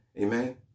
amen